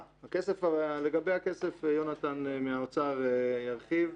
לגבי הכסף, יונתן מהאוצר ירחיב.